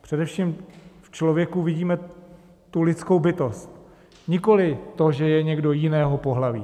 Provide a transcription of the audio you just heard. Především v člověku vidíme tu lidskou bytost, nikoli to, že je někdo jiného pohlaví.